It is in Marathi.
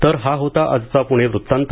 तर हा होता आजचा पुणे वृत्तांत